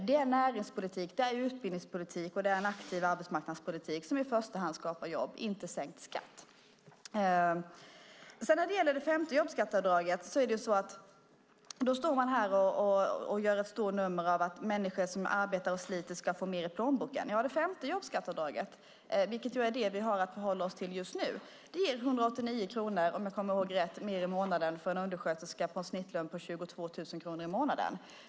Det är i första hand näringspolitik, utbildningspolitik och en aktiv arbetsmarknadspolitik som skapar jobb, inte sänkt skatt. Här gör man ett stort nummer av att människor som arbetar och sliter ska få mer i plånboken. Det femte jobbskatteavdraget, vilket är det vi har att förhålla oss till just nu, ger, om jag kommer ihåg rätt, 189 kronor mer i månaden för en undersköterska med en snittlön på 22 000 kronor i månaden.